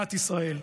בירת ישראל.